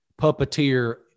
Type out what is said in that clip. puppeteer